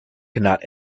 cannot